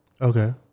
Okay